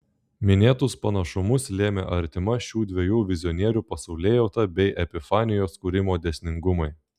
minėtus panašumus lėmė artima šių dviejų vizionierių pasaulėjauta bei epifanijos kūrimo dėsningumai